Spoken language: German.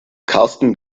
karsten